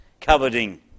coveting